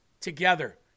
together